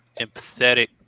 empathetic